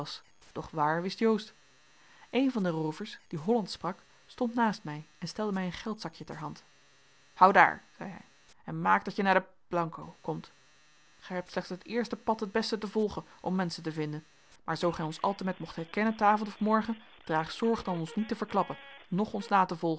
doch waar wist joost een van de roovers die hollandsch sprak stond naast mij en stelde mij een geldzakje ter hand houdaar zei hij en maak dat je naar den bl komt gij hebt slechts het eerste pad het beste te volgen om menschen te vinden maar zoo gij ons altemet mocht herkennen t'avond of morgen draag zorg dan ons niet te verklappen noch ons na